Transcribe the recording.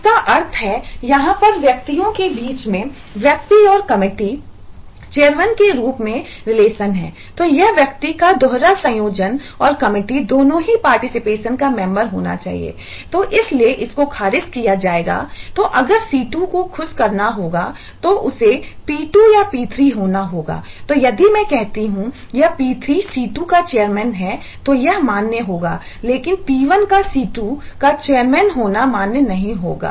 जिसका अर्थ है यहां पर व्यक्तियों के बीच मेंव्यक्ति और कमेटी चेयरमैन के रूप में रिलेशन हैतो यह व्यक्ति का दोहरा संयोजन और कमेटी दोनों ही पार्टिसिपेशन होना चाहिए तो इसलिए इस को खारिज किया जाएगा तो अगर C2 को खुश करना होगा तो उसे P2 या P3 होना होगा तो यदि मैं कहता हूं यह P3 C2 का चेयरमैन है तो यह मान्य होगा लेकिन P1 का C2 का चेयरमैन होना मान्य नहीं होगा